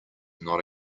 not